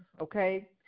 okay